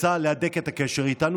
רוצה להדק את הקשר איתנו,